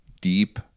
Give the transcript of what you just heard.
deep